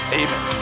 amen